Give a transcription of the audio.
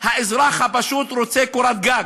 האזרח הפשוט רוצה קורת גג,